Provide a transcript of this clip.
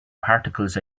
particles